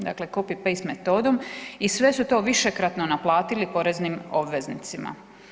Dakle copy-paste metodom i sve su to višekratno naplatili poreznim obveznicima.